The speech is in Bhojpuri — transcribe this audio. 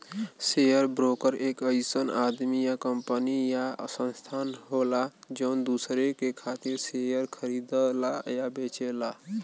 शेयर ब्रोकर एक अइसन आदमी या कंपनी या संस्थान होला जौन दूसरे के खातिर शेयर खरीदला या बेचला